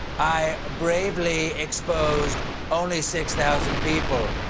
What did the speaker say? i bravely exposed only six thousand people.